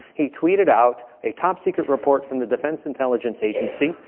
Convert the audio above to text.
he tweeted out a top secret report from the defense intelligence agency.